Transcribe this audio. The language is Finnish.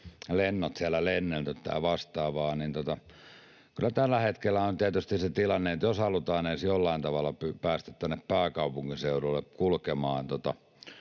lennot siellä lennelty tai vastaavaa — että jos halutaan edes jollain tavalla päästä tänne pääkaupunkiseudulle kulkemaan